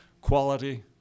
Quality